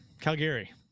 Calgary